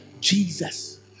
Jesus